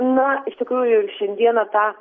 na iš tikrųjų šiandieną ta